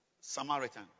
Samaritan